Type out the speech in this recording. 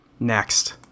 Next